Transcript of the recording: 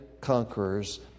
conquerors